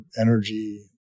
energy